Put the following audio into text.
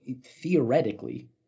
theoretically